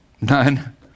none